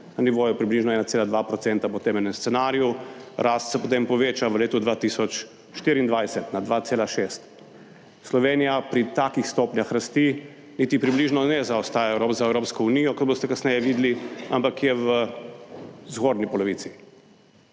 na nivoju približno 1,2 % po tem enem scenariju, rast se potem poveča v letu 2024 na 2,6. Slovenija pri takih stopnjah rasti niti približno ne zaostaja rok za Evropsko unijo, kot boste kasneje videli, ampak je v zgornji polovici.